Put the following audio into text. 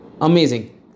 Amazing